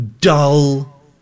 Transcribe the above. dull